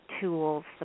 tools